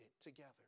together